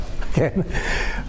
Okay